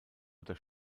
oder